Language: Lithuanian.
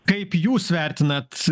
kaip jūs vertinat